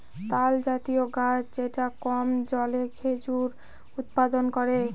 তালজাতীয় গাছ যেটা কম জলে খেজুর উৎপাদন করে